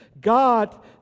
God